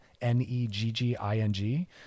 N-E-G-G-I-N-G